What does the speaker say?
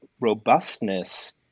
robustness